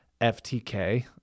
FTK